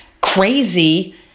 crazy